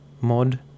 mod